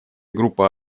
группа